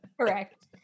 Correct